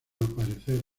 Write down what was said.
aparecer